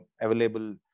available